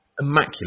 immaculate